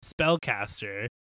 spellcaster